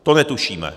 To netušíme.